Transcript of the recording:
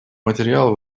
материала